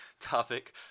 topic